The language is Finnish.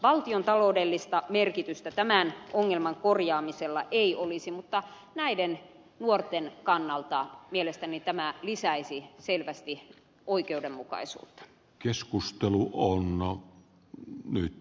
valtiontaloudellista merkitystä tämän ongelman korjaamisella ei olisi mutta näiden nuorten kannalta mielestäni tämä lisäisi selvästi oikeudenmukaisuutta keskustelu kunnalle mi